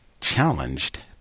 challenged